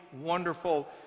wonderful